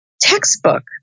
textbook